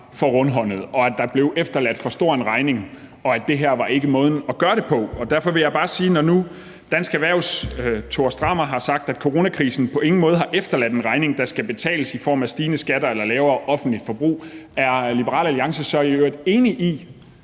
for rundhåndet, at der blev efterladt for stor en regning, og at det her ikke var måden at gøre det på. Derfor vil jeg bare spørge: Når nu Dansk Erhvervs Tore Stramer har sagt, at coronakrisen på ingen måde har efterladt en regning, der skal betales ved stigende skatter eller lavere offentligt forbrug, er Liberal Alliance så i øvrigt enig i,